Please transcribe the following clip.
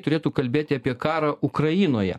turėtų kalbėti apie karą ukrainoje